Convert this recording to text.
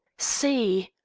see!